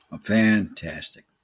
Fantastic